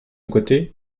côté